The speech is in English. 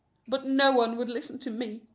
but no one would listen to me.